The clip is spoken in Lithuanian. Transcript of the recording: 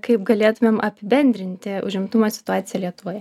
kaip galėtumėm apibendrinti užimtumo situaciją lietuvoje